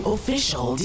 Official